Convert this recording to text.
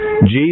Jesus